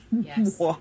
Yes